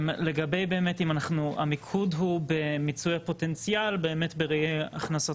לגבי באמת אם המיקוד הוא במיצוי הפוטנציאל באמת בראיית הכנסות